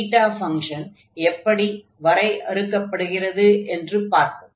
beta function எப்படி வரையறுக்கப்படுகிறது என்று பார்ப்போம்